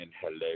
hello